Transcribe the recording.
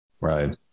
Right